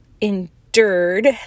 endured